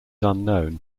unknown